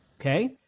okay